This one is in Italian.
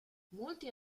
molte